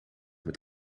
met